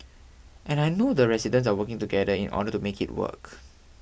and I know the residents are working together in order to make it work